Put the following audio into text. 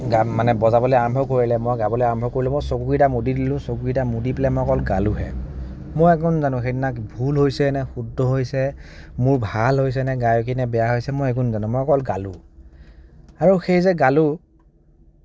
গান মানে বজাবলে আৰম্ভ কৰিলে মই গাবলে আৰম্ভ কৰিলো মই চকুকেইটা মুদি দিলো চকুকেইটা মুদি পেলাই মই অকল গালোহে মই একো নেজানো সেইদিনা ভূল হৈছে নে শুদ্ধ হৈছে মোৰ ভাল হৈছেনে গায়কী নে বেয়া হৈছে একো নেজানো মই অকল গালোঁ আৰু সেই যে গালোঁ